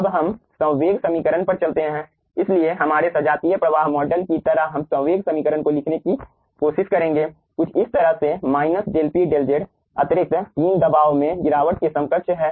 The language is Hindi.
अब हम संवेग समीकरण पर चलते हैं इसलिए हमारे सजातीय प्रवाह मॉडल की तरह हम संवेग समीकरण को लिखने की कोशिश करेंगे कुछ इस तरह से minus del P del Z अतिरिक्त तीन दबाव में गिरावट के समकक्ष है